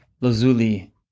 lazuli